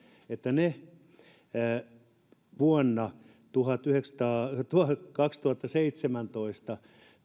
että lähes kaikki niistä vuonna kaksituhattaseitsemäntoista